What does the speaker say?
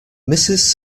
mrs